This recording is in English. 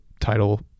title